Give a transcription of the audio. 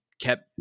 kept